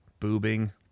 boobing